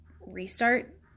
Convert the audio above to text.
restart